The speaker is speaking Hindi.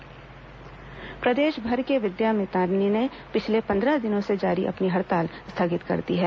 विद्या मितान हड़ताल प्रदेशभर के विद्या मितान ने पिछले पंद्रह दिनों से जारी अपनी हड़ताल स्थगित कर दी है